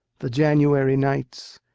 the january nights,